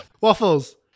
Waffles